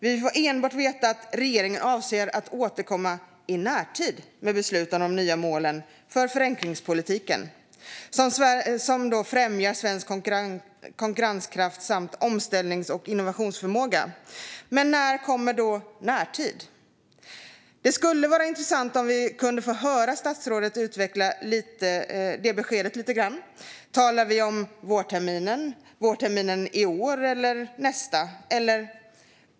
Vi får enbart veta att regeringen avser att återkomma i närtid med beslut om de nya målen för förenklingspolitiken som ska främja svensk konkurrenskraft samt omställnings och innovationsförmåga. Men när är närtid? Det skulle vara intressant att få höra statsrådet utveckla detta besked lite grann. Talar vi om vårterminen i år eller nästa år?